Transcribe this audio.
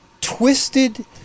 twisted